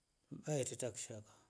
Yyaeta kishaka.